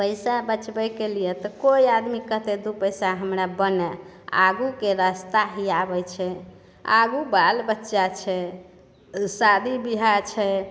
पैसा बचबैके लिए तऽ केओ आदमी कहतै दू पैसा हमरा बनाए आगूके रास्ता ही आबै छै आगू बालबच्चा छै शादी बिआह छै